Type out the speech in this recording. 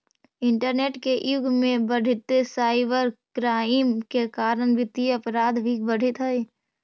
internet के युग में बढ़ीते साइबर क्राइम के कारण वित्तीय अपराध भी बढ़ित हइ